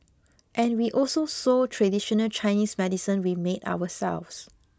and we also sold traditional Chinese medicine we made ourselves